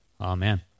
Amen